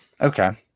Okay